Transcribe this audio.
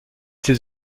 ses